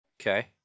Okay